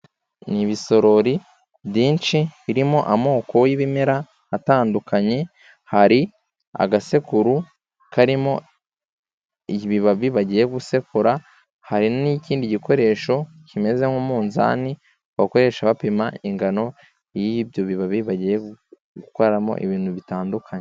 Ni ibisorori byinshi birimo amoko y'ibimera atandukanye hari agasekuru karimo ibibabi bagiye gusekura, hari n'ikindi gikoresho kimeze nk'umuzani bakoresha bapima ingano y'ibyo bibabi bagiye gukoramo ibintu bitandukanye.